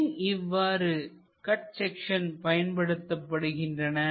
ஏன் இவ்வாறு cut section பயன்படுத்தப்படுகின்றன